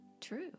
true